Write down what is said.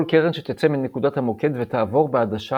כל קרן שתצא מנקודת המוקד ותעבור בעדשה